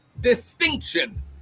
distinction